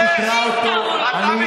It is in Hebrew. אז כתבתי לו מייד